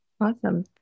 Awesome